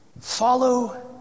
follow